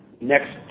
next